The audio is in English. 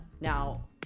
Now